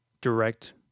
direct